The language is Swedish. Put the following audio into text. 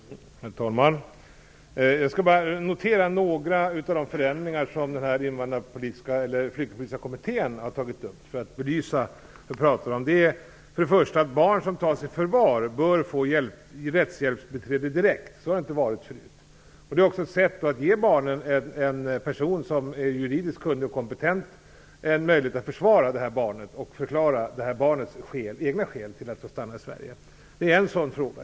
Herr talman! Jag skall notera några av de förändringar som den flyktingpolitiska kommittén har tagit upp för att belysa det vi pratar om. För det första bör barn som tas i förvar få rättshjälpsbiträde direkt. Så har det inte varit förut. Det är också ett sätt att ge en person som är juridiskt kunnig och kompetent en möjlighet att försvara barnet och förklara barnets egna skäl till att få stanna i Sverige. Det är en sådan fråga.